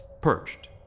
perched